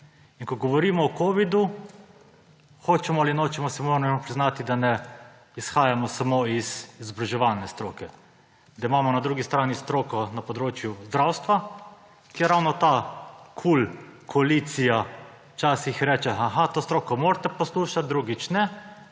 ko govorimo o covidu, si moremo, hočemo ali nočemo, priznati, da ne izhajamo samo iz izobraževalne stroke, da imamo na drugi strani stroko na področju zdravstva, kjer ravno ta koalicija KUL včasih reče, aha, to stroko morate poslušati, drugič ne.